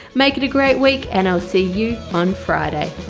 make it a great week and i'll see you on friday